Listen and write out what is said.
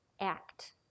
act